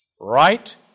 Right